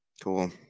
cool